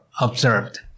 observed